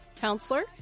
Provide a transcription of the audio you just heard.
counselor